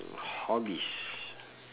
hobbies